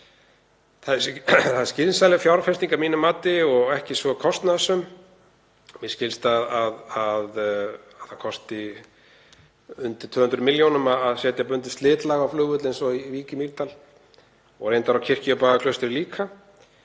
Það er skynsamleg fjárfesting að mínu mati og ekki svo kostnaðarsöm. Mér skilst að það kosti undir 200 millj. kr. að setja bundið slitlag á flugvöll eins og í Vík í Mýrdal og reyndar á Kirkjubæjarklaustri líka.